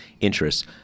interests